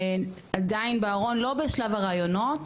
שעדיין בארון לא בשלב הראיונות,